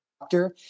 doctor